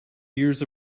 years